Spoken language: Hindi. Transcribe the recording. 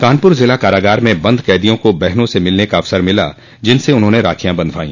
कानपुर जिला कारागार में बंद कदियों को बहनों से मिलने का अवसर मिला जिनसे उन्होंने राखियॉ बंधवाइ